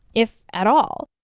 if at all.